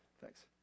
Thanks